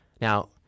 Now-